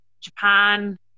Japan